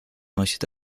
вносит